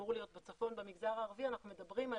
אמור להיות בצפון במגזר הערבי, אנחנו מדברים על